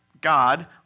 God